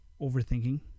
overthinking